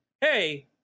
hey